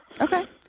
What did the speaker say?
Okay